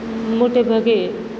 મોટે ભાગે